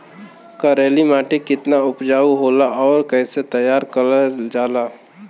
करेली माटी कितना उपजाऊ होला और कैसे तैयार करल जाला?